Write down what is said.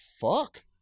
fuck